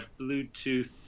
Bluetooth